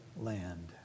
land